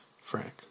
Frank